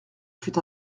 fut